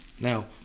Now